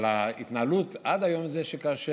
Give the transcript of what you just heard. אבל ההתנהלות עד היום זה שכאשר